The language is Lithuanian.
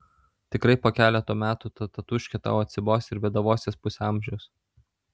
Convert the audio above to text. tikrai po keleto metų ta tatūškė tau atsibos ir bėdavosies pusę amžiaus